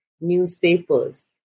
newspapers